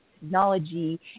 technology